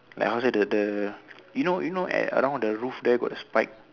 like how to say the the you know you know at around the roof there got the spike